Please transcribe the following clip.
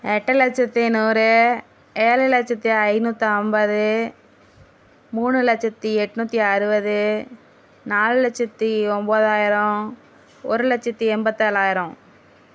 எட்டு லட்சத்தி நூறு ஏழு லட்சத்தி ஐநூற்றி ஐம்பது மூணு லட்சத்தி எண்ணூத்தி அறுபது நாலு லட்சத்தி ஒம்போதாயிரம் ஒரு லட்சத்தி எண்பத்தேழாயிரோம்